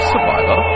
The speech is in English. Survivor